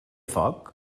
foc